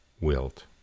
wilt